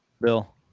Bill